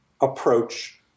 approach